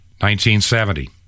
1970